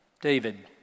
David